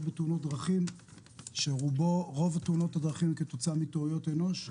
בתאונות דרכים שרובן כתוצאה מטעויות אנוש.